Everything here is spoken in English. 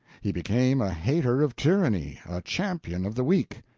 he became a hater of tyranny, a champion of the weak.